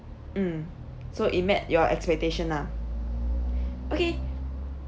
mm so it met your expectation lah okay